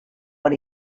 what